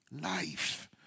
life